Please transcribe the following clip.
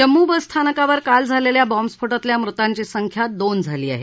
Jammu bus स्थानकावर काल झालेल्या बॉम्बस्फोटातल्या मृतांची संख्या दोन झाली आहे